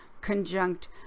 conjunct